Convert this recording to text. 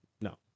no